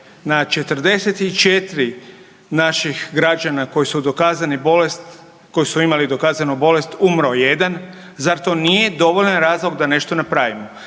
su dokazani bolest, koji su imali dokazanu bolest umro jedan zar to nije dovoljan razlog da nešto napravimo?